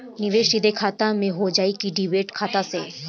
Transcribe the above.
निवेश सीधे खाता से होजाई कि डिमेट खाता से?